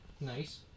Nice